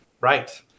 Right